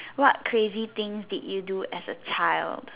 what crazy things did you do as a child